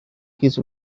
his